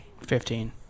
Fifteen